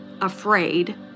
afraid